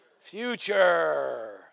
future